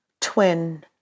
twin